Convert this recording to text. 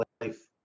life